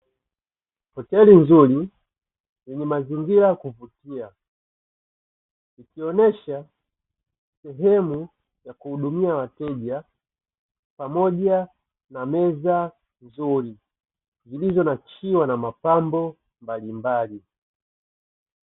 Hoteli nzuri yenye mazingira ya kuvutia, ikionesha sehemu nzuri ya kuhudumia wateja pamoja na meza nzuri zilizo nakshiwa na mapambo mbalimbali.